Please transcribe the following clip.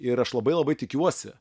ir aš labai labai tikiuosi